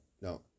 No